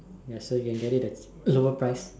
ya so you can get it the lower price